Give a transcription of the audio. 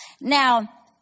now